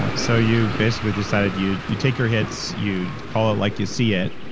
ah so you basically decided you you take your hits. you call it like you see it,